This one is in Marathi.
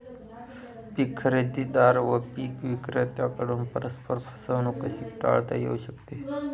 पीक खरेदीदार व पीक विक्रेत्यांकडून परस्पर फसवणूक कशी टाळता येऊ शकते?